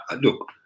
Look